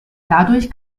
dadurch